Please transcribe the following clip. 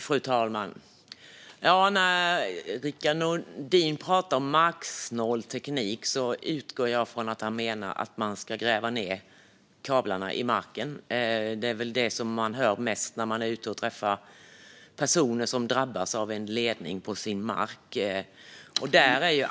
Fru talman! När Rickard Nordin pratar om marksnål teknik utgår jag ifrån att han menar att man ska gräva ned kablarna i marken. Det är väl det man hör mest när man är ute och träffar personer som drabbas av en ledning på sin mark.